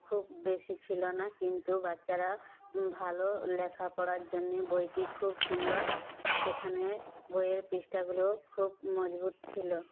খুব বেশি ছিলো না কিন্তু বাচ্চারা ভালো লেখাপড়ার জন্যে বইটি খুব সুন্দর সেখানে বইয়ের পৃষ্ঠাগুলোও খুব মজবুত ছিলো